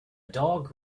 dog